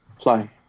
fly